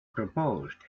proposed